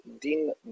din